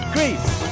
Greece